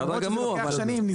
זה דבר שלוקח שנים.